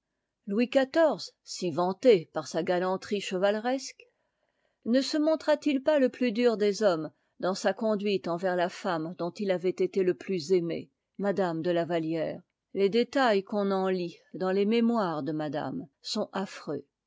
louis xiv si vanté par sa galanterie chevateresque ne se montra t it pas le plus dur des hommes dans sa conduite envers la femme dont il avait été le plus aimé madame de tavattière les détails qu'on en lit dans les mémoires de madame sont affreux